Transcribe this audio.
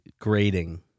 grading